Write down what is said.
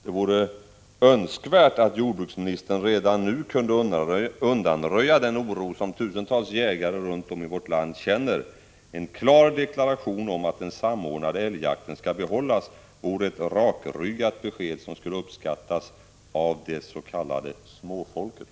Det vore verkligen önskvärt att jordbruksministern redan nu kunde undanröja den oro som tusentals jägare runt om i vårt land känner. En klar deklaration att den samordnade älgjakten skall behållas vore ett rakryggat besked, som skulle uppskattas av det s.k. småfolket.